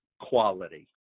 quality